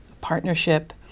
partnership